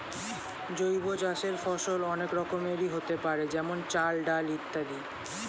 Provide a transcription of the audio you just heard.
জৈব চাষের ফসল অনেক রকমেরই হতে পারে যেমন চাল, ডাল ইত্যাদি